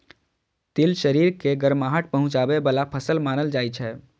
तिल शरीर के गरमाहट पहुंचाबै बला फसल मानल जाइ छै